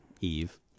Eve